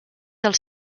els